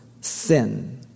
sin